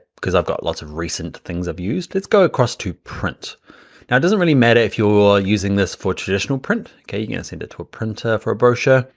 because i've got lots of recent things i've used. let's go across to print. now it doesn't really matter if you're using this for traditional print, you know send it to a printer for a brochure,